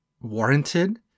warranted